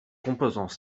composants